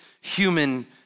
human